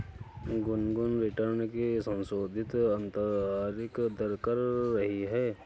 Gungun return की संशोधित आंतरिक दर कर रही है